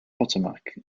potomac